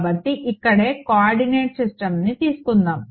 కాబట్టి ఇక్కడే కోఆర్డినేట్ సిస్టమ్ని తీసుకుందాం